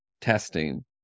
testing